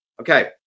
Okay